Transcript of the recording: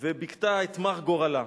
ביכתה את מר גורלה.